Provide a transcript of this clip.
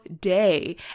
day